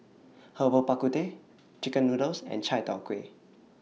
Herbal Bak Ku Teh Chicken Noodles and Chai Tow Kway